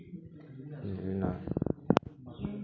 ᱨᱮᱱᱟᱜ